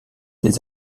des